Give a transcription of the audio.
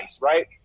right